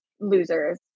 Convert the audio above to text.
losers